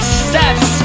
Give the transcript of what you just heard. steps